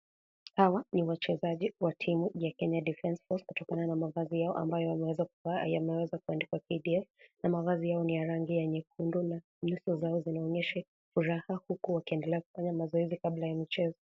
Hawa ni wachezaji wa timu ya Kenya Defence Force kutokana na mavazai yao ambayo yameweza kuandikwa KDF . Nyuso zao zinaonyesha furaha huku wakiendelea kufanya mazoezi kabla ya michezo.